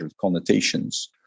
connotations